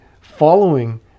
following